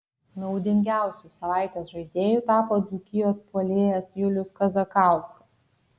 naudingiausiu savaitės žaidėju tapo dzūkijos puolėjas julius kazakauskas